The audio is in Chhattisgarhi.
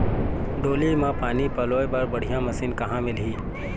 डोली म पानी पलोए बर बढ़िया मशीन कहां मिलही?